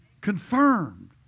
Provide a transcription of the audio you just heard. Confirmed